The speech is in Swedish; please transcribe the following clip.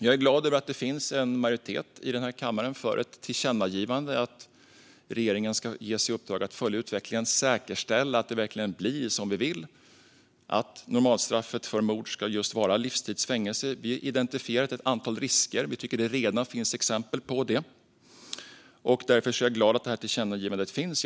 Jag är glad över att det finns en majoritet i kammaren för ett tillkännagivande om att regeringen ska ges i uppdrag att följa utvecklingen och säkerställa att det verkligen blir som vi vill, att normalstraffet för mord ska vara livstids fängelse. Vi har identifierat ett antal risker. Vi tycker att det redan finns exempel på det. Därför är jag glad över att tillkännagivandet finns.